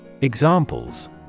Examples